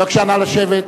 בבקשה, נא לשבת.